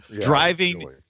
driving